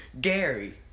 Gary